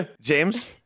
James